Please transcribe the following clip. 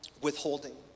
withholding